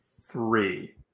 three